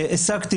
השגתי,